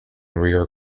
rear